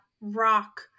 rock